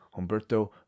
Humberto